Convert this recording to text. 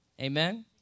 Amen